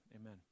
amen